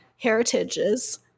heritages